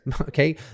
okay